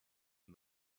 and